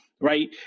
right